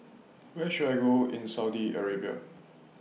Where should I Go in Saudi Arabia